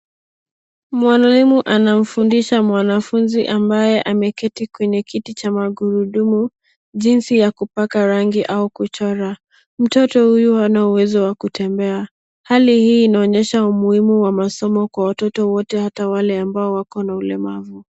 Mwalimu anamfundisha mwanafunzi ambaye ameketi kwenye kiti cha magurudumu jinsi ya kupaka rangi au kuchora. Mtoto huyu hana uwezo wa kutembea. Hali hii inaonyesha umuhimu wa masomo kwa watoto wote hata wale ambao wako na ulemavu.